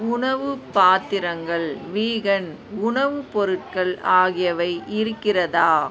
உணவுப் பாத்திரங்கள் வீகன் உணவுப் பொருட்கள் ஆகியவை இருக்கிறதா